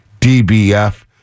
DBF